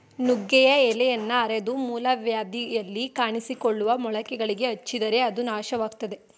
ನುಗ್ಗೆಯ ಎಲೆಯನ್ನ ಅರೆದು ಮೂಲವ್ಯಾಧಿಯಲ್ಲಿ ಕಾಣಿಸಿಕೊಳ್ಳುವ ಮೊಳಕೆಗಳಿಗೆ ಹಚ್ಚಿದರೆ ಅದು ನಾಶವಾಗ್ತದೆ